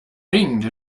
ringde